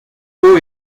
haut